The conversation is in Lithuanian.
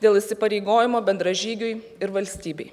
dėl įsipareigojimo bendražygiui ir valstybei